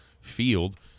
field